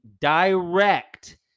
direct